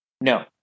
No